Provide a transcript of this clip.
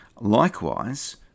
Likewise